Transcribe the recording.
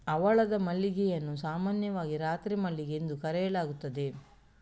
ಹವಳದ ಮಲ್ಲಿಗೆಯನ್ನು ಸಾಮಾನ್ಯವಾಗಿ ರಾತ್ರಿ ಮಲ್ಲಿಗೆ ಎಂದು ಕರೆಯಲಾಗುತ್ತದೆ